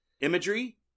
imagery